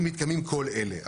אם מתקיימים כל אלה.